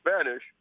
Spanish